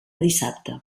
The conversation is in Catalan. dissabte